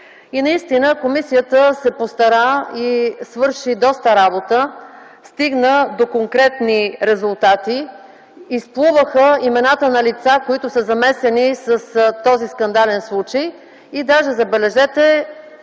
И наистина комисията се постара и свърши доста работа, стигна до конкретни резултати, изплуваха имената на лица, които са замесени с този скандален случай. И даже, забележете,